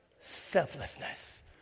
Selflessness